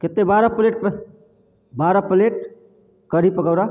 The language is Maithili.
कतेक बारह प्लेट बारह प्लेट कढ़ी पकौड़ा